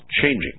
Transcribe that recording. changing